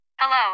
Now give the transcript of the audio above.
Hello